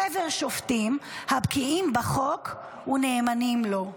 חבר שופטים הבקיאים בחוק ונאמנים לו".